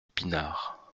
pinard